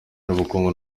n’ubukungu